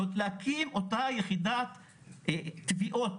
להקים את אותה יחידת תביעות